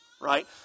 right